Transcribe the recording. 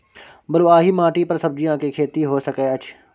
बलुआही माटी पर सब्जियां के खेती होय सकै अछि?